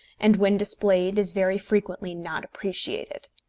and when displayed is very frequently not appreciated.